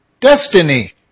destiny